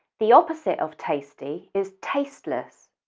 the opposite of tasty is tasteless.